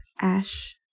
ash